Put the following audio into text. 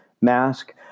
mask